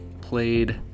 played